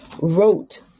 wrote